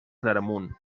claramunt